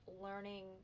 learning